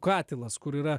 katilas kur yra